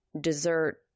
dessert